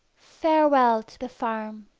farewell to the farm